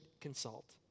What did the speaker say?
consult